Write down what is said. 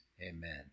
Amen